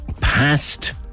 past